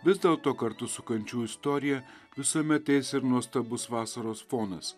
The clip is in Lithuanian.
vis dėlto kartu su kančių istorija visuomet eis ir nuostabus vasaros fonas